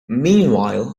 meanwhile